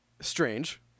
strange